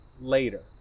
later